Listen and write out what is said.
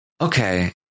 Okay